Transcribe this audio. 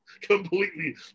completely